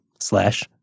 slash